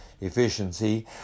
efficiency